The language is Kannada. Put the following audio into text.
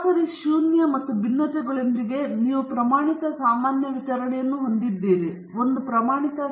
ಸರಾಸರಿ ಶೂನ್ಯ ಮತ್ತು ಭಿನ್ನತೆಗಳೊಂದಿಗೆ ನೀವು ಪ್ರಮಾಣಿತ ಸಾಮಾನ್ಯ ವಿತರಣೆಯನ್ನು ಹೊಂದಿದ್ದೀರಿ 1